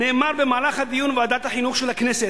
נאמר במהלך הדיון בוועדת החינוך של הכנסת,